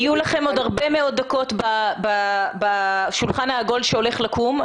יהיו לכם עוד הרבה מאוד דקות בשולחן העגול שהולך לקום.